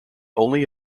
only